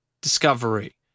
discovery